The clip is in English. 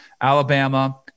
Alabama